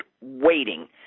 waiting